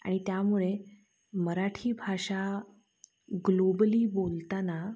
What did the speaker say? आणि त्यामुळे मराठी भाषा ग्लोबली बोलताना